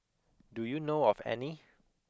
do you know of any